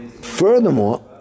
Furthermore